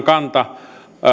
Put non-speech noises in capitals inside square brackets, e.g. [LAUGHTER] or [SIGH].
[UNINTELLIGIBLE] kanta